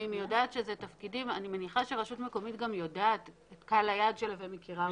אני מניחה שהיא יודעת את קהל היעד שלה והיא מכירה אותו.